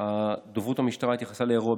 שאלתי באופן